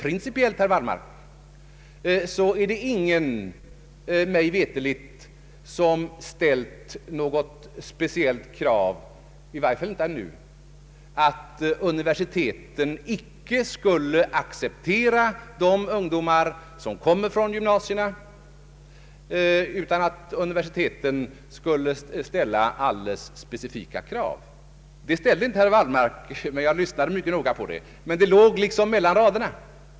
Principiellt, herr Wallmark, är det ingen som mig veterligt — i varje fall inte ännu — har rest något krav på att universiteten icke skulle acceptera de ungdomar som kommer från gymnasierna utan för dem ställa alldeles specifika krav. Något sådant krav uppställde inte heller herr Wallmark — jag lyssnade mycket noga på honom — men det stod liksom att läsa mellan raderna.